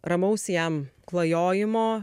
ramaus jam klajojimo